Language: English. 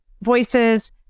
voices